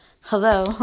hello